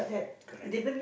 correct